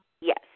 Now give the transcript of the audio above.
Yes